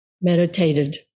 meditated